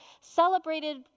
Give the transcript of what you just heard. celebrated